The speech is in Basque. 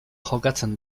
jokatzen